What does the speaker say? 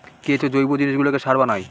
কেঁচো জৈব জিনিসগুলোকে সার বানায়